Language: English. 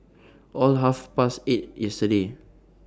after Half Past eight yesterday